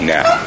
Now